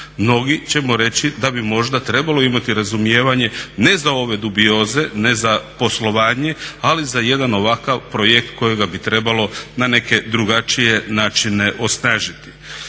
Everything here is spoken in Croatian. Mnogi ćemo reći da bi možda trebalo imati razumijevanje ne za ove dubioze, ne za poslovanje ali za jedan ovakav projekt kojega bi trebalo na neke drugačije načine osnažiti.